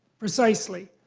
precisely.